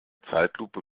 zeitlupe